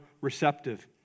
receptive